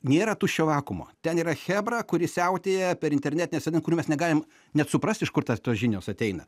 nėra tuščio vakuumo ten yra chebra kuri siautėja per internetines kurių mes negalim net suprast iš kur tas tos žinios ateina